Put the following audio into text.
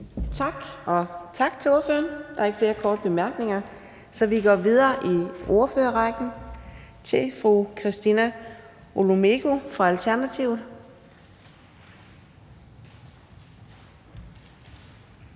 Tak, og tak til ordføreren. Der er ikke flere korte bemærkninger, og så går vi videre i ordførerrækken til fru Christina Olumeko fra Alternativet.